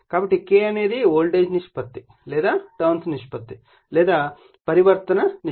కాబట్టి K అనేది voltage నిష్పత్తి లేదా టర్న్స్ నిష్పత్తి లేదా పరివర్తన నిష్పత్తి అవుతుంది